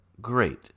great